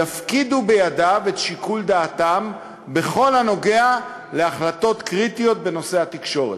יפקידו בידיו את שיקול דעתן בכל הנוגע להחלטות קריטיות בנושא התקשורת.